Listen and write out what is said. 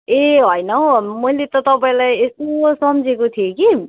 ए होइन हो मैले त तपाईँलाई यसो सम्झेको थिएँ कि